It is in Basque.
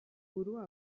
burua